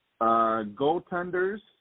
Goaltenders